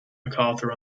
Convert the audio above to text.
macarthur